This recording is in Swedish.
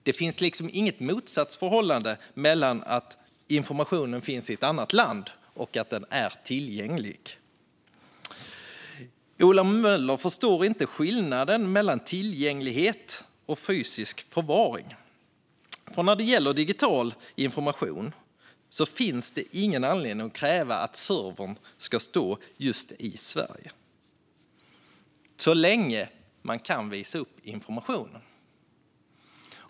Det finns liksom inget motsatsförhållande mellan att informationen finns i ett annat land och att den är tillgänglig. Ola Möller förstår inte skillnaden mellan tillgänglighet och fysisk förvaring. När det gäller digital information finns det ingen anledning att kräva att servern ska stå just i Sverige, så länge man kan visa upp informationen.